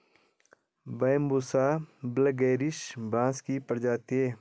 Bambusa vulgaris बाँस की प्रजाति है